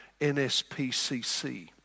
NSPCC